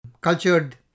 cultured